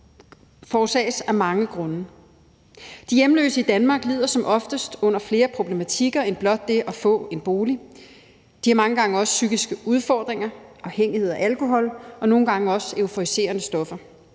forårsages af mange ting. De hjemløse i Danmark lider som oftest under flere problematikker end blot det at få en bolig. De har mange gange også psykiske udfordringer, en afhængighed af alkohol og nogle gange også af euforiserende stoffer.